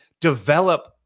develop